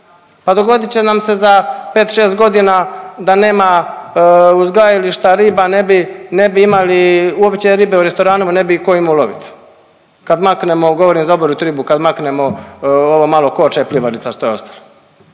pa dogodit će nam se za 5-6 godina da nema uzgajališta riba ne bi, ne bi imali uopće ribe u restoranu ne bi ju ko imao ulovit kad maknemo govorim za oboritu ribu, kad maknemo ovo malo koča i plivarica što je ostalo.